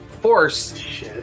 force